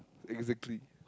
exactly